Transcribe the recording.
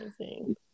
Amazing